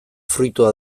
fruitua